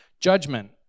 Judgment